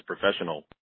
professional